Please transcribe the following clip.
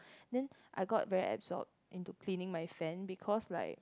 then I got very absorbed into cleaning my fan because like